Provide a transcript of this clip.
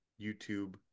youtube